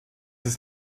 ist